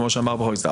כמו שאמר אברמזון.